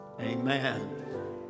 amen